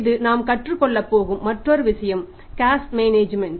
இது நாம் கற்றுக்கொள்ளப் போகும் மற்றொரு விஷயம் கேஷ் மேனேஜ்மென்ட்